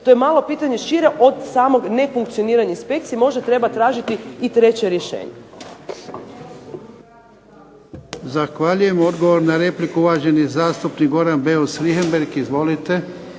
To je malo pitanje šire od samog nefunkcioniranja inspekcije. Možda treba tražiti i treće rješenje.